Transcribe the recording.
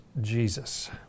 Jesus